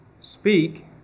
speak